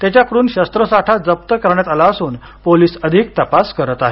त्याच्याकडून शस्त्रसाठा जप्त करण्यात आला असून पोलीस अधिक तपास करत आहेत